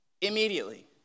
immediately